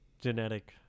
Genetic